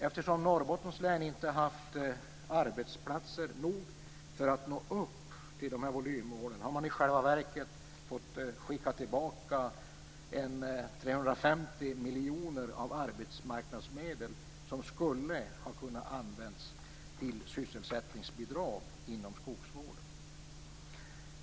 Eftersom Norrbottens län inte haft nog med arbetsplatser för att nå upp till dessa volymmål, har man i själva verket fått skicka tillbaka ca 350 miljoner kronor av arbetsmarknadsmedel som skulle ha kunnat användas till sysselsättningsbidrag inom skogsvården.